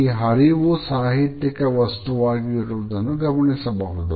ಈ ಅರಿವು ಸಾಹಿತ್ಯಕ ವಸ್ತುವಾಗಿಯೂ ಇರುವುದನ್ನು ಗಮನಿಸಬಹುದು